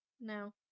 No